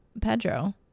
Pedro